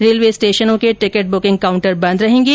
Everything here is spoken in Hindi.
रेलवे स्टेशनों के टिकिट बुकिंग काउंटर बंद रहेंगे